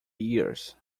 years